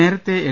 നേരത്തെ എൽ